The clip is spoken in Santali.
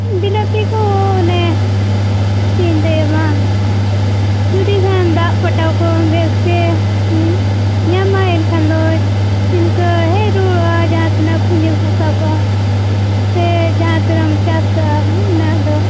ᱵᱤᱞᱟᱹᱛᱤ ᱠᱚᱦᱚᱸ ᱚᱱᱮ ᱪᱮᱫ ᱤᱧ ᱞᱟᱹᱭᱟᱢᱟ ᱢᱤᱫᱴᱤᱡ ᱜᱟᱱ ᱫᱟᱜ ᱯᱟᱴᱟᱣ ᱠᱚ ᱵᱮᱥ ᱜᱮ ᱧᱟᱢᱟᱭ ᱮᱱᱠᱷᱟᱱ ᱫᱚ ᱤᱱᱠᱟᱹᱜᱮ ᱦᱮᱡ ᱨᱩᱣᱟᱹᱲᱚᱜᱼᱟ ᱡᱟᱦᱟᱸ ᱛᱤᱱᱟᱹᱜ ᱯᱩᱡᱤ ᱯᱚᱭᱥᱟ ᱠᱚ ᱥᱮ ᱡᱟᱦᱟᱸ ᱴᱤᱱᱟᱹᱜ ᱮᱢ ᱪᱟᱥ ᱠᱟᱜᱼᱟ ᱚᱱᱟ ᱫᱚ